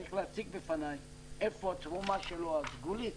צריך להציג בפניי איפה התרומה שלו הסגולית